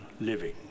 living